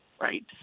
right